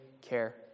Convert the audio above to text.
care